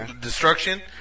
Destruction